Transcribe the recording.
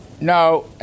No